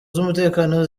z’umutekano